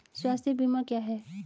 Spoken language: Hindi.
स्वास्थ्य बीमा क्या है?